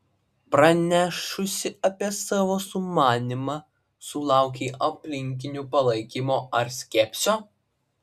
pranešusi apie savo sumanymą sulaukei aplinkinių palaikymo ar skepsio